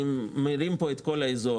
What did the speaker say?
אני מרים פה את כל האזור,